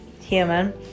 human